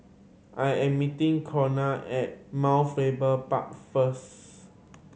I am meeting Corina at Mount Faber Park first